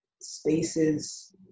spaces